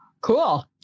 cool